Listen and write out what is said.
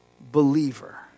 believer